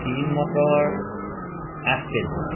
green মটৰ আঠ K G